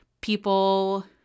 People